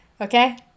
Okay